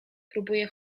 próbuje